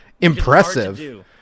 impressive